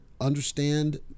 understand